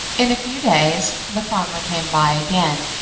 in a few days the farmer came by again,